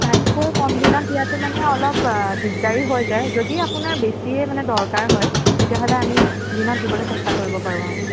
তাতকৈ কম দিনত দিয়াটো মানে অলপ দিগদাৰি হৈ যায় যদি আপোনাৰ বেছিয়ে মানে দৰকাৰ হয় তেতিয়া হ'লে আমি দুদিনত দিবলৈ চেষ্টা কৰিব পাৰোঁ আৰু